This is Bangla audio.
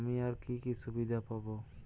আমি আর কি কি সুবিধা পাব?